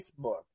Facebook